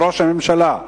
לראש הממשלה,